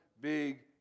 big